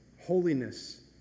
holiness